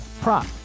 prop